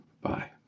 Bye